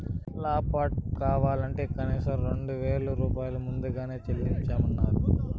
laptop కావాలంటే కనీసం రెండు వేల రూపాయలు ముందుగా చెల్లించమన్నరు